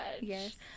yes